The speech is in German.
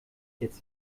jetzt